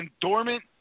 dormant